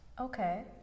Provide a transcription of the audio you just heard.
Okay